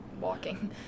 walking